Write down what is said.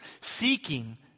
seeking